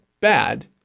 bad